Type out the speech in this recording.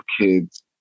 kids